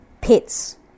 Pets